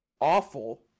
awful